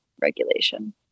regulation